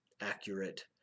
accurate